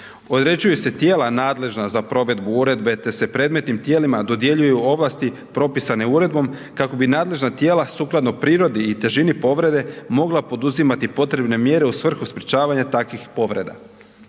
Određuju se tijela nadležna za provedbu uredbe te se predmetnim tijelima dodjeljuju ovlasti propisane uredbom kako bi nadležna tijela sukladno prirodi i težini povrede mogla poduzimati potrebne mjere u svrhu sprečavanja takvih povreda.